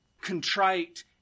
contrite